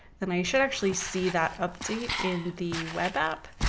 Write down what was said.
then i should actually see that update in the web app.